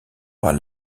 par